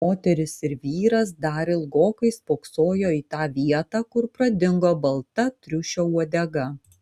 moteris ir vyras dar ilgokai spoksojo į tą vietą kur pradingo balta triušio uodega